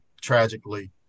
tragically